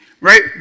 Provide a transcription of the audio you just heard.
right